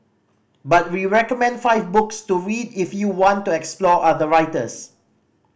but we recommend five books to read if you want to explore other writers